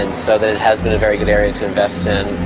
and so that it has been a very good area to invest in.